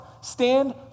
Stand